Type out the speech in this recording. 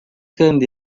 kandi